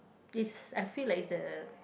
is I feel like is the